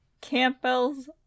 Campbell's